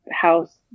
house